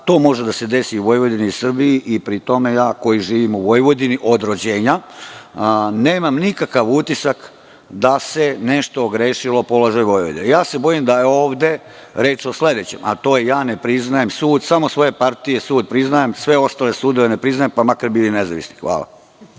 to može da se desi u Vojvodini i Srbiji i pri tome, ja koji živim u Vojvodini od rođenja, nemam nikakav utisak da se nešto ogrešilo u položaju Vojvodine. Bojim se da je ovde reč o sledećem, a to je – ja ne priznajem sud, samo svoje partije sud priznajem, sve ostale sudove ne priznajem, pa makar bili i nezavisni. Hvala.